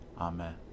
Amen